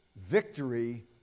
victory